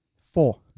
Four